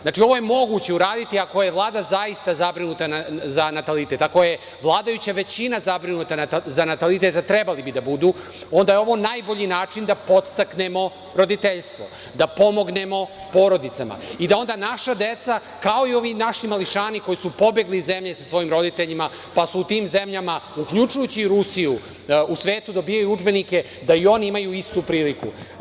Znači, ovo je moguće uraditi ako je Vlada zaista zabrinuta za natalitet, ako je vladajuća većina zabrinuta za natalitet, trebalo bi da budu, ovo je najbolji mogući način da podstaknemo roditeljstvo, da pomognemo porodicama i da onda naša deca kao i ovi naši mališani, koji su pobegli iz zemlje sa svojim roditeljima, pa su u tim zemljama, uključujući i Rusiju u svetu dobijaju udžbenike da i oni imaju istu priliku.